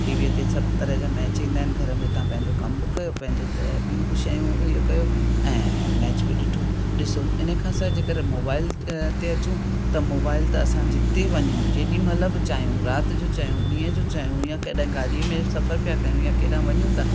टीवीअ ते सभु तरह जा मैच ईंदा आहिनि घर में तव्हां पंहिंजो कम बि कयो पंहिंजो ॿियूं बि शयूं इहो कयो ऐं मैच बि ॾिठो ॾिसो इनखां सवाइ जेकर मोबाइल ते अचूं त मोबाइल त असां जिते वञूं जेॾी महिल बि चाहियूं राति जो चाहियूं ॾींहं जो चाहियूं या कॾहिं गाॾी में सफ़र पिया कयूं या केॾां वञू पिया